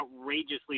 outrageously